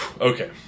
Okay